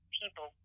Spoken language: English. people